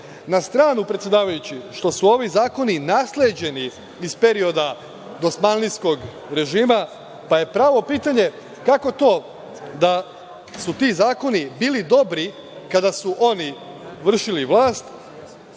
Na stranu, predsedavajući što su ovi zakoni nasleđeni iz perioda dosmanlijskog režima, pa je pravo pitanje kako to da su ti zakoni bili dobri kada su oni vršili vlast,